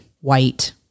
white